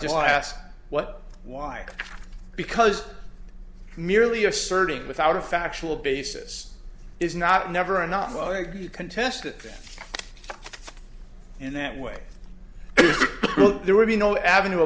just ask what why because merely asserting without a factual basis is not never a not well you can test it in that way there would be no avenue